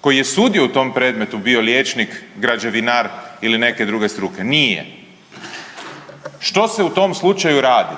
koji je sudio u tom predmetu bio liječnik, građevinar ili neke druge struke? Nije. Što se u tom slučaju radi?